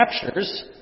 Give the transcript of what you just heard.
captures